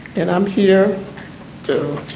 and i'm here to